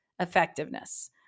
effectiveness